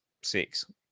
six